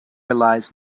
relies